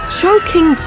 choking